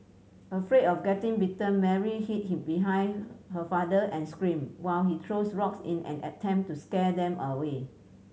afraid of getting bitten Mary hid behind her father and screamed while he threw rocks in an attempt to scare them away